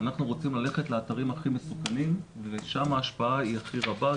אנחנו רוצים ללכת לאתרים הכי מסוכנים ושם ההשפעה היא רבה,